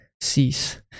cease